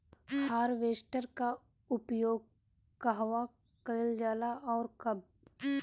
Harvester का उपयोग कहवा कइल जाला और कब?